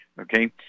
okay